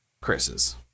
Chris's